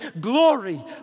glory